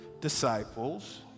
disciples